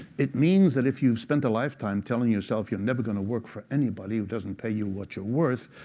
it means that if you spent a lifetime telling yourself you're never going to work for anybody who doesn't pay you what you're worth,